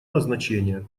назначения